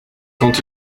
quand